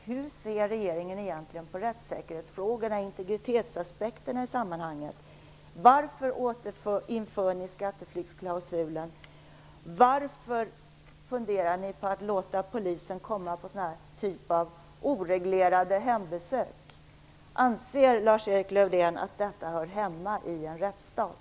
Hur ser regeringen på rättssäkerhetsfrågorna och integritetsaspekterna i sammanhanget? Varför återinför ni skatteflyktsklausulen? Varför funderar ni på att låta polisen komma på oreglerade hembesök? Anser Lars-Erik Lövdén att detta hör hemma i en rättsstat?